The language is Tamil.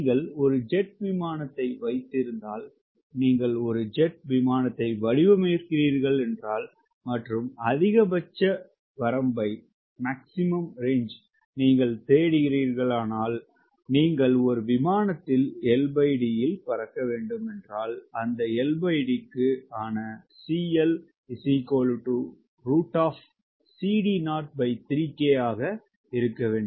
நீங்கள் ஒரு ஜெட் விமானத்தை வைத்திருந்தால் நீங்கள் ஒரு ஜெட் விமானத்தை வடிவமைக்கிறீர்கள் என்றால் மற்றும் அதிகபட்ச வரம்பை நீங்கள் தேடுகிறீர்களானால் நீங்கள் ஒரு விமானத்தில் LD இல் பறக்க வேண்டும் என்றால் அந்த LD க்கு ஆனா CL ஆக இருக்க வேண்டும்